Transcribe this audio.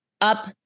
up